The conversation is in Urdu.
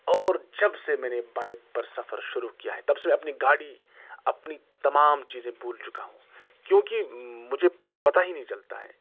اور جب سے میں نے بائک پر سفر شروع کیا ہے تب سے میں اپنی گاڑی اپنی تمام چیزیں بھول چکا ہوں کیونکہ مجھے پتا ہی نہیں چلتا ہے